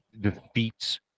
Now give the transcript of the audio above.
defeats